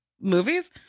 movies